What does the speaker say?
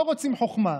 לא רוצים חוכמה,